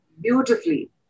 beautifully